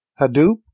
Hadoop